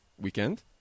weekend